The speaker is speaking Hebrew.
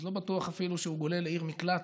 אז לא בטוח אפילו שהוא גולה לעיר מקלט.